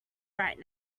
right